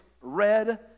Red